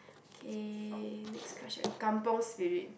okay next question Kampung Spirit